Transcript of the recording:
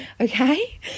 okay